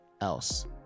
else